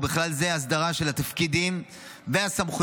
ובכלל זה הסדרה של התפקידים והסמכויות